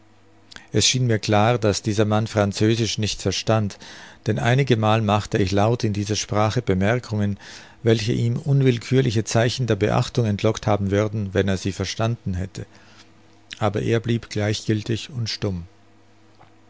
es schien mir klar daß dieser mann französisch nicht verstand denn einigemal machte ich laut in dieser sprache bemerkungen welche ihm unwillkürliche zeichen der beachtung entlockt haben würden wenn er sie verstanden hätte aber er blieb gleichgiltig und stumm